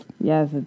Yes